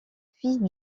fille